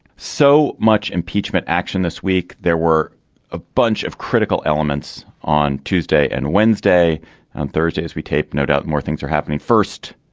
so much impeachment action this week there were a bunch of critical elements on tuesday and wednesday and thursday as we take note out more things are happening first.